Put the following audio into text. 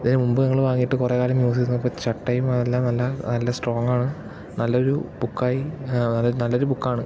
ഇതിന് മുമ്പ് ഞങ്ങൾ വാങ്ങിയിട്ട് കുറേ കാലം യൂസ് ചെയ്ത് നോക്കിയപ്പോൾ ചട്ടയും അതെല്ലാം നല്ല നല്ല സ്ട്രോങ്ങ് ആണ് നല്ലൊരു ബുക്കായി അതായത് നല്ലൊരു ബുക്കാണ്